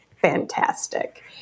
fantastic